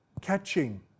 catching